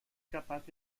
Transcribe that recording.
capaz